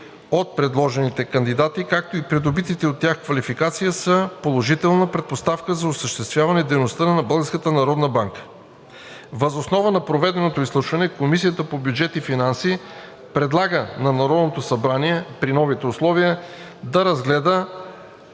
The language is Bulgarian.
от предложените кандидати, както и придобитите от тях квалификации са положителни предпоставки за осъществяването на дейността на Българската народна банка. Въз основа на проведеното изслушване Комисията по бюджет и финанси предлага на Народното събрание при новите условия да разгледа